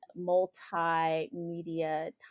multimedia